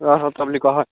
অঁ সত্ৰ বুলি কোৱা হয়